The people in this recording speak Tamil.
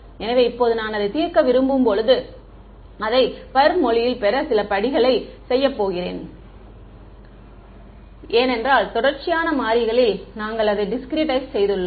எனவே இப்போது நான் அதைத் தீர்க்க விரும்பும் போது அதை perமொழியில் பெற சில படிகளைச் செய்யப் போகிறேன் ஏனென்றால் தொடர்ச்சியான மாறிகளில் அதை நாங்கள் டிஸ்க்ரீட்டைஸ் செய்துள்ளோம்